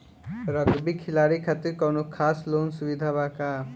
Rugby खिलाड़ी खातिर कौनो खास लोन सुविधा बा का?